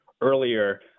earlier